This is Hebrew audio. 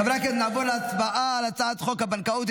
חברת הכנסת שיר סגמן,